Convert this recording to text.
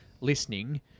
listening